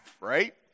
right